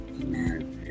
Amen